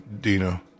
Dino